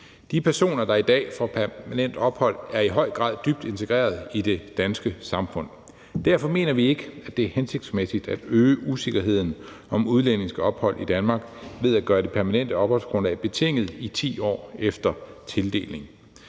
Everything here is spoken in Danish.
De personer, der i dag får permanent ophold, er i høj grad dybt integreret i det danske samfund. Derfor mener vi ikke, at det er hensigtsmæssigt at øge usikkerheden om udlændinges ophold i Danmark ved at gøre det permanente opholdsgrundlag betinget i 10 år efter tildeling.